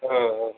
ஆ ஆ